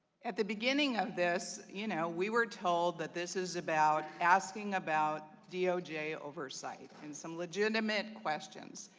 at the beginning of this, you know we were told that this is about asking about doj oversight and some legitimate questions.